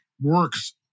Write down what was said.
works